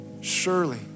Surely